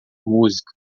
música